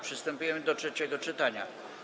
Przystępujemy do trzeciego czytania.